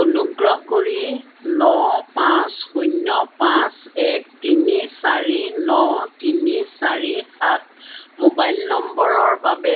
অনুগ্ৰহ কৰি ন পাঁচ শূন্য পাঁচ এক তিনি চাৰি ন তিনি চাৰি সাত মোবাইল নম্বৰৰ বাবে